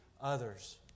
others